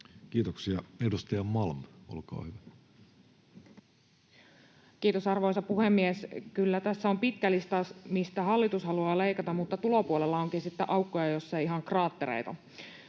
Kiitoksia. — Edustaja Malm, olkaa hyvä. Kiitos, arvoisa puhemies! Kyllä tässä on pitkä lista, mistä hallitus haluaa leikata, mutta tulopuolella onkin sitten aukkoja, joissa on ihan kraattereita.